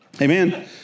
Amen